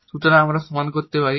সুতরাং আমরা সমান করতে পারি